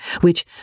which